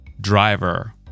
driver